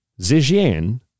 Zijian